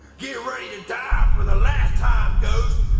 get ready to die for the last time ghost.